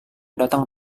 datang